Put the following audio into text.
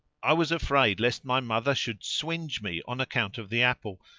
i was afraid lest my mother should swinge me on account of the apple,